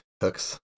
hooks